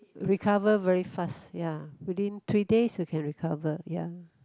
recover very fast ya within three days you can recover ya